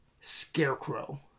Scarecrow